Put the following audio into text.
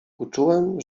uczułem